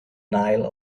nile